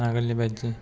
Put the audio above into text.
आगोलनि बायदि